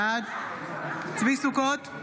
בעד צבי סוכות,